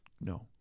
no